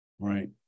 right